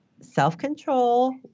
self-control